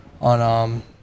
on